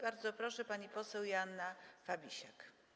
Bardzo proszę, pani poseł Joanna Fabisiak.